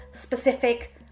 specific